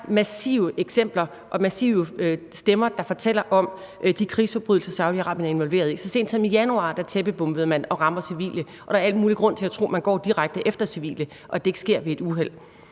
Der er massive eksempler og massive stemmer, der fortæller om de krigsforbrydelser, Saudi-Arabien er involveret i. Så sent som i januar tæppebombede man og ramte civile, og der er al mulig grund til at tro, at man går direkte efter civile, og at det ikke sker ved et uheld.